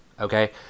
Okay